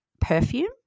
perfume